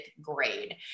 grade